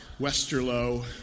Westerlo